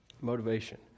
Motivation